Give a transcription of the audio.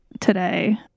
today